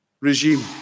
regime